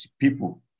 people